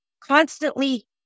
constantly